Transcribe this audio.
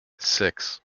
six